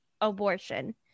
abortion